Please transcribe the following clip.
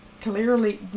Clearly